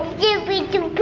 you wanna